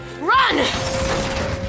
Run